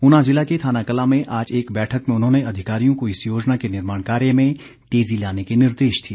ऊना ज़िला के थानाकलां में आज एक बैठक में उन्होंने अधिकारियों को इस योजना के निर्माण कार्य में तेज़ी लाने के निर्देश दिए